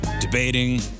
debating